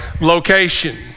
location